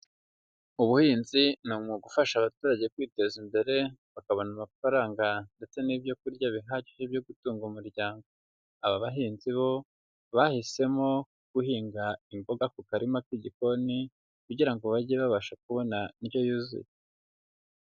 Ubuhinzi ni umwuga ufasha abaturage kwiteza imbere, bakabona amafaranga ndetse n'ibyo kurya bihagije byo gutunga umuryango, aba bahinzi bo bahisemo guhinga imboga ku karima k'igikoni, kugira ngo bajye babasha kubona indyo yuzuye.